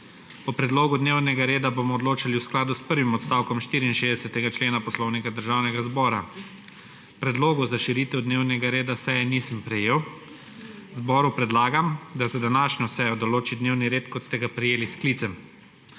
O predlogu dnevnega reda bomo odločali v skladu s prvim odstavkom 64. člena Poslovnika Državnega zbora. Predlogov za širitev dnevnega reda seje nisem prejel. Zboru predlagam, da za današnjo sejo določi dnevni red, kot ste ga prejeli s sklicem.